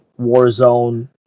Warzone